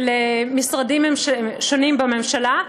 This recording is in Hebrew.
של משרדים שונים בממשלה,